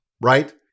right